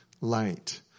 light